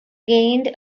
gained